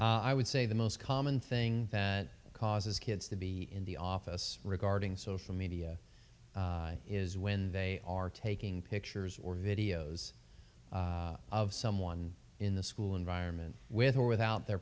policy i would say the most common thing that causes kids to be in the office regarding social media is when they are taking pictures or videos of someone in the school environment with or without their